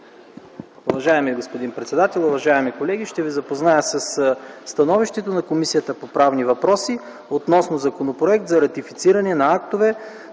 Уважаеми господин председател, уважаеми колеги, ще ви запозная със становището на Комисията по правни въпроси относно Законопроект за ратифициране на актове